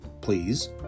please